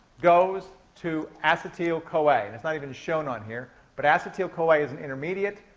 goes to acetyl-coa. and it's not even shown on here, but acetyl-coa is an intermediate.